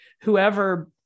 whoever